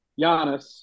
Giannis